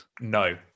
No